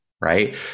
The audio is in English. right